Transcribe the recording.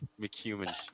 McHumans